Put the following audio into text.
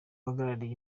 uhagarariye